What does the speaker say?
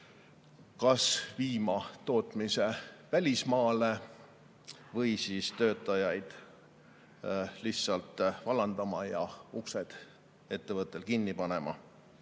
kas viima tootmise välismaale või töötajaid lihtsalt vallandama ja uksed ettevõttel kinni panema.